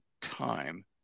time